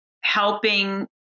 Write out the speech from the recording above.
helping